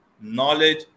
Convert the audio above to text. knowledge